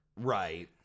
Right